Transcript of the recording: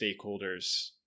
stakeholders